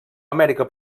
amèrica